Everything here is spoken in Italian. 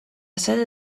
sede